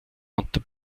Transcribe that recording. unter